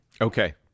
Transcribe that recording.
Okay